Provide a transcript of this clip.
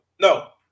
No